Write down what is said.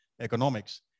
economics